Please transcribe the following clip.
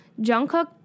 Jungkook